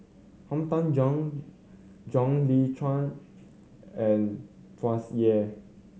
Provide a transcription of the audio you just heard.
Han Tan Juan John Le Cain and Tsung Yeh